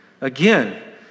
Again